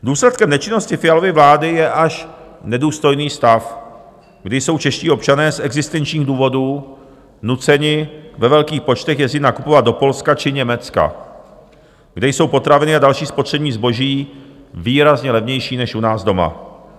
Důsledkem nečinnosti Fialovy vlády je až nedůstojný stav, kdy jsou čeští občané z existenčních důvodů nuceni ve velkých počtech jezdit nakupovat do Polska či Německa, kde jsou potraviny a další spotřební zboží výrazně levnější než u nás doma.